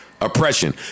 oppression